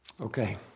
Okay